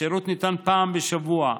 השירות ניתן פעם בשבוע,